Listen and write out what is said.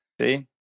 See